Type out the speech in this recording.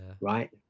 Right